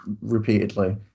repeatedly